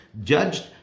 judged